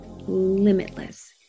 limitless